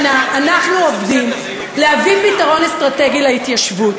במשך שנה אנחנו עובדים להביא פתרון אסטרטגי להתיישבות.